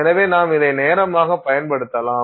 எனவே நாம் அதை நேரமாகப் பயன்படுத்தலாம்